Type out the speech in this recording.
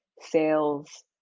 sales